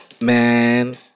Man